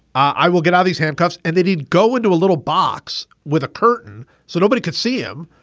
i will get out these handcuffs. and then he'd go into a little box with a curtain so nobody could see him.